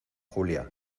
julia